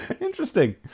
Interesting